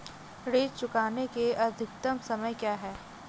ऋण चुकाने का अधिकतम समय क्या है?